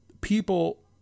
people